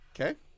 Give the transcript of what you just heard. Okay